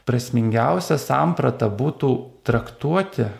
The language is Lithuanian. prasmingiausia samprata būtų traktuoti